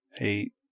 eight